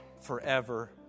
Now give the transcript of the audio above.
forever